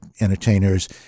entertainers